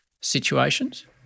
situations